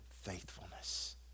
faithfulness